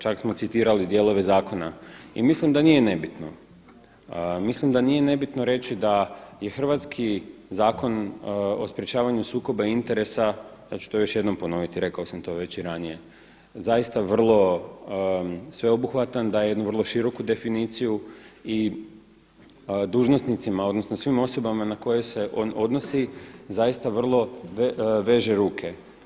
Čak smo citirali dijelove zakona i mislim da nije nebitno, mislim da nije nebitno reći da je hrvatski Zakon o sprječavanju sukoba interesa ja ću to još jednom ponoviti, rekao sam to već i ranije, zaista vrlo sveobuhvatan, daje jednu vrlo široku definiciju i dužnosnicima, odnosno svim osobama na koje se on odnosi zaista vrlo veže ruke.